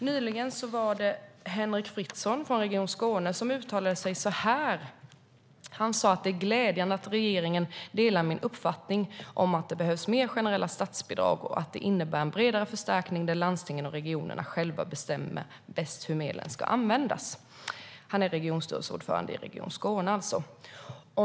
Nyligen uttalade sig Henrik Fritzon från Region Skåne så här: Det är glädjande att regeringen delar min uppfattning att det behövs mer generella statsbidrag och att det innebär en bredare förstärkning där landstingen och regionerna själva bestämmer bäst hur medlen bäst ska användas. Han är alltså regionstyrelseordförande i Region Skåne.